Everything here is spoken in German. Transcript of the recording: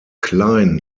klein